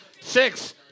Six